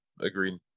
Agreed